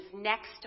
next